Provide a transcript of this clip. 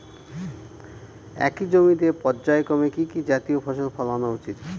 একই জমিতে পর্যায়ক্রমে কি কি জাতীয় ফসল ফলানো উচিৎ?